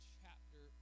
chapter